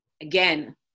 Again